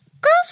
girls